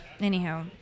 Anyhow